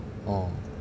oh